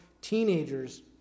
teenagers